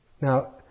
Now